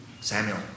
Samuel